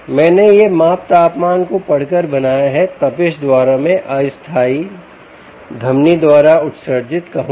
मैंने यह माप तापमान को पढ़कर बनाया है तपिश द्वारा मैं अस्थायी धमनी द्वारा उत्सर्जित कहूँगा